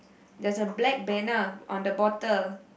there's a black banner on the bottle